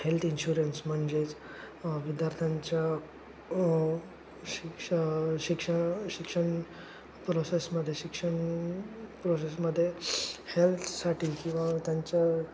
health insurance म्हणजेच विद्यार्थ्यांच्या शिक्ष शिक्ष शिक्षण प्रोसेसमध्ये शिक्षण प्रोसेसमध्ये हेल्थसाठी किंवा त्यांच्या